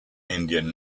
indian